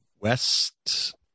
West